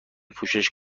پوشش